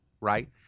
right